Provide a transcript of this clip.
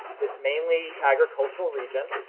this mainly agricultural region,